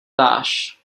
dáš